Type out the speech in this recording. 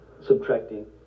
subtracting